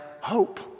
hope